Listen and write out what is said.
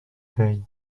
veille